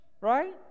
Right